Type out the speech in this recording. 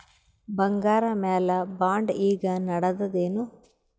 ಬಂಗಾರ ಮ್ಯಾಲ ಬಾಂಡ್ ಈಗ ನಡದದೇನು?